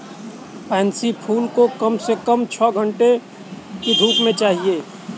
pansy फूल को कम से कम छह घण्टे की धूप चाहिए